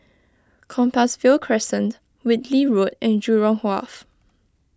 Compassvale Crescent Whitley Road and Jurong Wharf